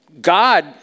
God